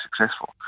successful